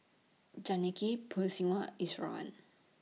Janaki Peyush Iswaran